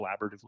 collaboratively